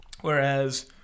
Whereas